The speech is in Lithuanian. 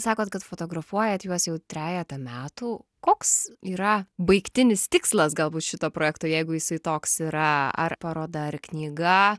sakot kad fotografuojat juos jau trejetą metų koks yra baigtinis tikslas galbūt šito projekto jeigu jisai toks yra ar paroda ar knyga